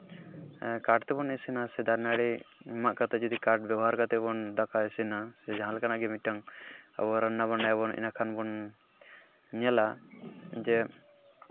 ᱠᱟᱴ ᱛᱮᱵᱚᱱ ᱤᱥᱤᱱᱟ ᱥᱮ ᱫᱟᱨᱮ ᱱᱟᱹᱲᱤ ᱢᱟᱸᱜ ᱠᱟᱛᱮ ᱠᱟᱴ ᱵᱮᱵᱚᱦᱟᱨ ᱠᱟᱛᱮ ᱵᱚᱱ ᱫᱟᱠᱟ ᱤᱥᱤᱱᱟ ᱥᱮ ᱡᱟᱦᱟᱸ ᱞᱮᱠᱟᱱᱟᱜ ᱜᱮ ᱢᱤᱫᱴᱟᱹᱝ ᱟᱵᱚ ᱨᱟᱱᱱᱟ ᱵᱟᱱᱱᱟᱭᱟᱵᱚᱱ ᱤᱱᱟᱹ ᱠᱷᱟᱱ ᱵᱚᱱ ᱧᱮᱞᱟ ᱡᱮ